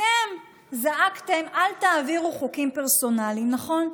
אתם זעקתם: אל תעבירו חוקים פרסונליים, נכון?